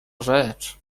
rzecz